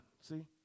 see